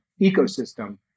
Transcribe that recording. ecosystem